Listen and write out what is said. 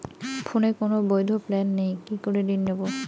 ফোনে কোন বৈধ প্ল্যান নেই কি করে ঋণ নেব?